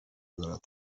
دارد